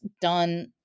done